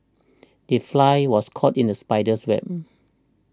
the fly was caught in the spider's web